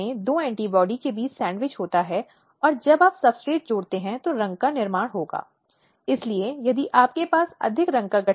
तो यह बहुत ही महत्वपूर्ण निर्णयों में से एक है